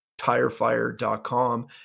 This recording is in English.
tirefire.com